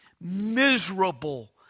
miserable